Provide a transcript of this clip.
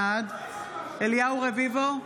בעד אליהו רביבו,